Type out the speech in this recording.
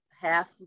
half